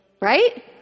right